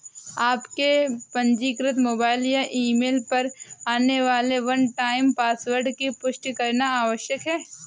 आपके पंजीकृत mobile number या ईमेल पर आने वाले वन टाइम पासवर्ड की पुष्टि करना आवश्यक है